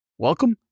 Welcome